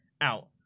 out